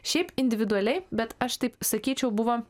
šiaip individualiai bet aš taip sakyčiau buvo